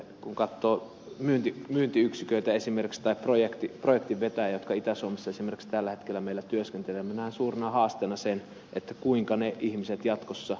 kun katsoo esimerkiksi myyntiyksiköitä tai projektinvetäjiä jotka esimerkiksi itä suomessa tällä hetkellä meillä työskentelevät minä näen suurena haasteena sen kuinka niille ihmisille käy jatkossa